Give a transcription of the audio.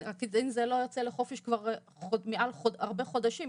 הקטין הזה לא יוצא לחופש כבר הרבה חודשים.